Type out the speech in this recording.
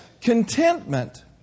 contentment